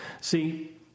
See